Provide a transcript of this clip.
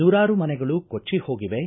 ನೂರಾರು ಮನೆಗಳು ಕೊಟ್ಟಿ ಹೋಗಿವೆ